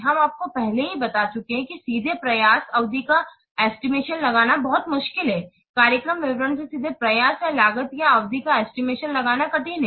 हम आपको पहले ही बता चुके हैं कि सीधे प्रयास अवधि का एस्टिमेशन लगाना बहुत मुश्किल है कार्यक्रम विवरण से सीधे प्रयास या लागत या अवधि का एस्टिमेशन लगाना कठिन है